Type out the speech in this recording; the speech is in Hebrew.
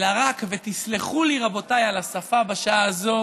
אלא רק, ותסלחו לי, רבותיי, על השפה בשעה הזאת,